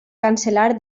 cancel·lar